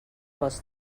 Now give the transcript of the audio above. pels